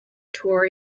tour